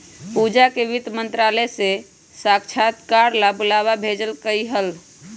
पूजा के वित्त मंत्रालय से साक्षात्कार ला बुलावा भेजल कई हल